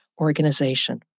organization